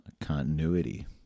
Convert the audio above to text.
continuity